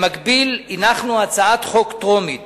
במקביל, הנחנו הצעת חוק טרומית